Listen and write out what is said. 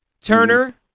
Turner